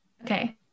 okay